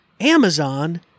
Amazon